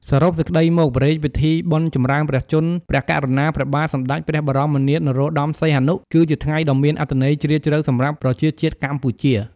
សរុបសេចក្ដីមក ព្រះរាជពិធីបុណ្យចម្រើនព្រះជន្មព្រះករុណា ព្រះបាទសម្តេច ព្រះបរមនាថ នរោត្តម សីហមុនី គឺជាថ្ងៃដ៏មានអត្ថន័យជ្រាលជ្រៅសម្រាប់ប្រជាជាតិកម្ពុជា។